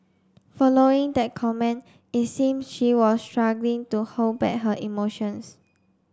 following that comment it seem she was struggling to hold back her emotions